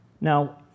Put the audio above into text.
Now